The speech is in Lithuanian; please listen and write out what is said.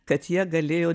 kad jie galėjo